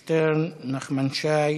שטרן, נחמן שי,